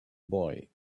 boy